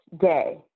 day